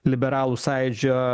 liberalų sąjūdžio